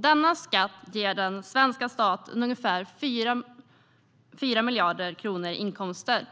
Denna skatt ger den svenska staten ungefär 4 miljarder kronor i inkomster.